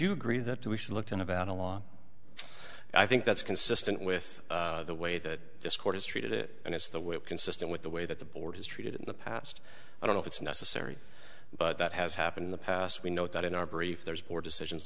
you agree that we should look to nevada law i think that's consistent with the way that this court has treated it and it's the way it consistent with the way that the board has treated in the past i don't know if it's necessary but that has happened in the past we know that in our brief there's more decisions